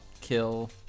kill